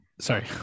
Sorry